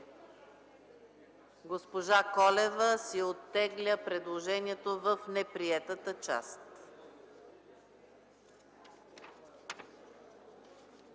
Госпожа Колева оттегля предложението си в неприетата част.